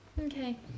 Okay